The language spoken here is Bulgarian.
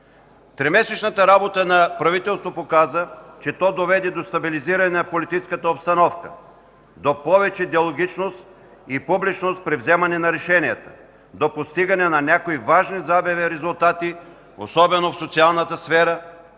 Тримесечната работа на правителството показа, че то доведе до стабилизиране на политическата обстановка, до повече диалогичност и публичност при вземане на решенията, до постигане на някои важни за АБВ резултати, особено в социалната сфера,